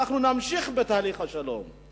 אנחנו נמשיך בתהליך השלום.